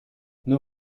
nur